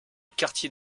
quartier